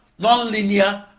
non-linear,